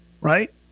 Right